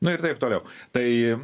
nu ir taip toliau tai